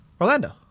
Orlando